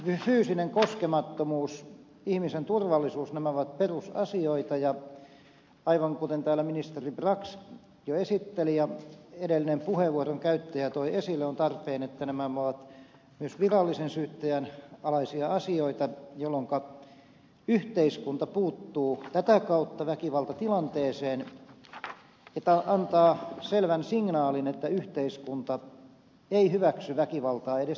fyysinen koskemattomuus ihmisen turvallisuus nämä ovat perusasioita ja aivan kuten täällä ministeri brax jo esitteli ja edellinen puheenvuoron käyttäjä toi esille on tarpeen että nämä ovat myös virallisen syyttäjän alaisia asioita jolloinka yhteiskunta puuttuu tätä kautta väkivaltatilanteeseen antaa selvän signaalin että yhteiskunta ei hyväksy väkivaltaa edes lievissäkään muodoissa